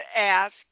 ask